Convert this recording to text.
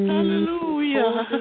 Hallelujah